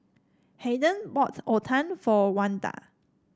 Hayden bought otah for Wanda